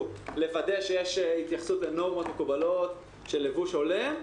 לוודא שיש התייחסות לנורמות מקובלות של לבוש הולם,